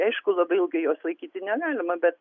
aišku labai ilgai jos laikyti negalima bet